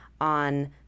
on